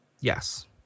yes